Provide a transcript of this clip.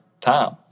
time